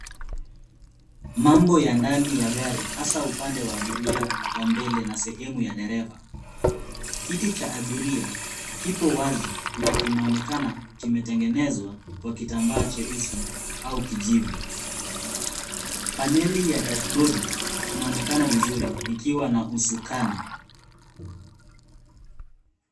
Mambo ya ndani ya gari hasa upande wa abiria wa mbele na sehemu ya dereva. Kiti cha abiria kipo wazi na kinaonekana kimetegenezwa kwa kitambaa cheusi au kijivu. Paneli ya dashibodi inaonekana vizuri ikiwa na husukani.